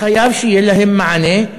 חייב להיות להם מענה,